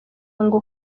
ngo